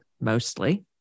mostly